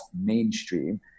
mainstream